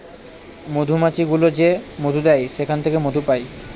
মধুমাছি গুলো যে মধু দেয় সেখান থেকে মধু পায়